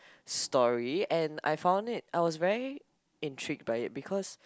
story and I found it I was very intrigued by it because